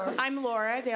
i'm laura,